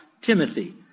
Timothy